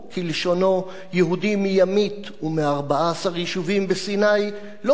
יהודים מימית ומ-14 יישובים בסיני לא משום שהסכימו,